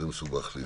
זה מסובך לי.